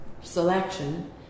selection